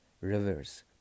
rivers